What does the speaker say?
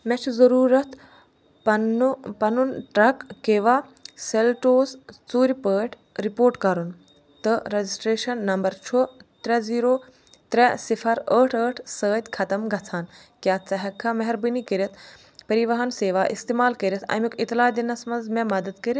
مےٚ چھُ ضُروٗرت پننُہ پنُن ٹرٛک کیوا سیٚلٹوس ژوٗرِ پٲٹھۍ رپورٹ کرُن تہٕ رجسٹرٛیشن نمبر چھُ ترٛےٚ زیٖرہ ترٛےٚ صِفر ٲٹھ ٲٹھ سۭتۍ ختم گژھان کیٛاہ ژٕ ہیٚکہِ کھا مہربٲنی کٔرِتھ پریٖواہن سیوا استعمال کٔرِتھ امیٛک اطلاع دِنس منٛز مےٚ مدد کٔرِتھ